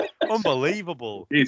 Unbelievable